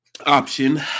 option